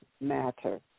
matter